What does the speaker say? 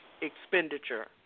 Expenditure